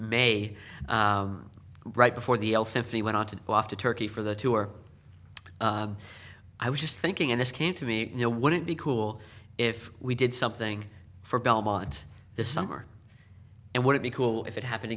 may right before the else if he went on to off to turkey for the tour i was just thinking and this came to me you know would it be cool if we did something for belmont this summer and would it be cool if it happened